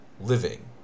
living